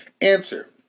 Answer